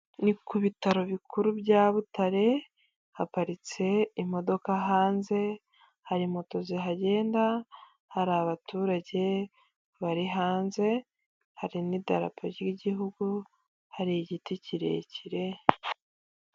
Ni ku bitaro bikuru bya Butare, haparitse imodoka, hanze hari moto zihagenda, har’abaturage bari hanze, hari n'idarapo ry'igihugu, har’igiti kirekire.